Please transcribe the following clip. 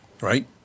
right